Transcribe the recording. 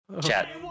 Chat